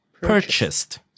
Purchased